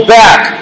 back